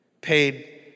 Paid